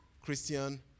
Christian